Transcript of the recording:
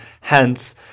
hence